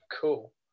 cool